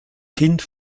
kind